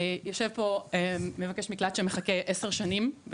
יושב פה מבקש מקלט שמחכה עשר שנים,